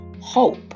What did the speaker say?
hope